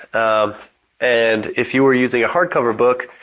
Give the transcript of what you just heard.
um and if you are using a hardcover book,